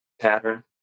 pattern